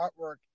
artwork